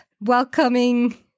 welcoming